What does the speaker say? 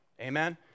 Amen